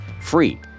free